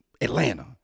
Atlanta